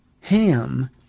Ham